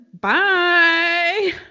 bye